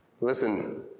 Listen